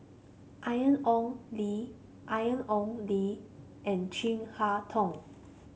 Ian Ong Li Ian Ong Li and Chin Harn Tong